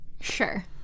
Sure